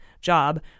job